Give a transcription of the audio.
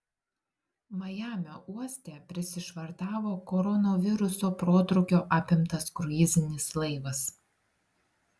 majamio uoste prisišvartavo koronaviruso protrūkio apimtas kruizinis laivas